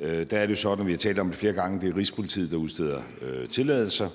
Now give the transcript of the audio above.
er det jo sådan – og vi har talt om det flere gange – at det er Rigspolitiet, der udsteder tilladelser.